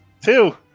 Two